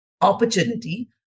opportunity